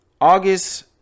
August